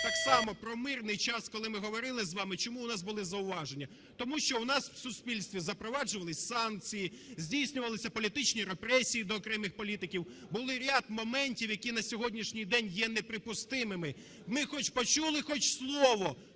Так само про мирний час, коли ми говорили з вами, чому у нас були зауваження. Тому що у нас у суспільстві запроваджувались санкції, здійснювалися політичні репресії до окремих політиків. Був ряд моментів, які на сьогоднішній день є неприпустимими. Ми почули хоч слово,